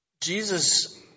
Jesus